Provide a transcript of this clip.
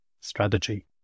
strategy